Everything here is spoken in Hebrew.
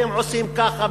אתם עושים ככה,